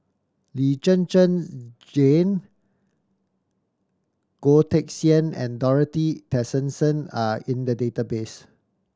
Lee Zhen Zhen Jane Goh Teck Sian and Dorothy Tessensohn are in the database